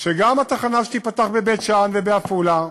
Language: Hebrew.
שגם התחנה שתיפתח בבית-שאן, בעפולה,